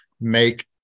make